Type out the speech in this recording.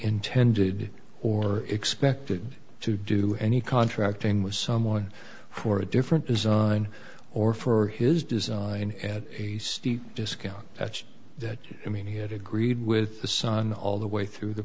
intended or expected to do any contracting with someone for a different design or for his design at a steep discount at that i mean he had agreed with the son all the way through the